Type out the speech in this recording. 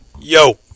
Yo